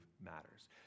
matters